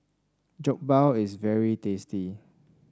Jokbal is very tasty